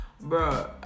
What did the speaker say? bro